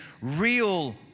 real